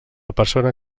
persona